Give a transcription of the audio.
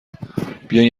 بیاین